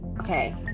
Okay